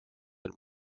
and